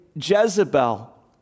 Jezebel